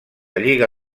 lliga